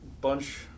bunch